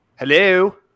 Hello